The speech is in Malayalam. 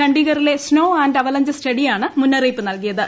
ചണ്ഡിഗറിലെ സ്നോ ആന്റ് അവലഞ്ച് സ്റ്റഡിയാണ് മുന്നറിയിപ്പ് നൽകിയത്